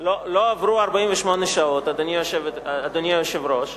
לא עברו 48 שעות, אדוני היושב-ראש,